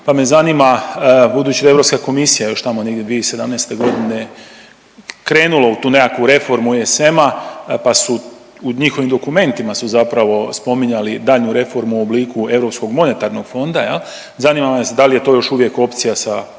pa me zanima budući da je Europska komisija još tamo negdje 2017. godine krenula u tu nekakvu reformu SM-a pa su u njihovim dokumentima su zapravo spominjali daljnju reformu u obliku Europskog monetarnog fonda. Zanima nas da li je to još uvijek opcija na